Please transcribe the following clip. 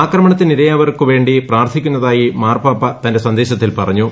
ആക്രമണത്തിരയായവർക്കുവേണ്ടി പ്രാർത്ഥിക്കുന്നതായി മാർപാപ്പ തന്റെ സന്ദേശത്തിൽ പറഞ്ഞു